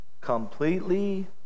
completely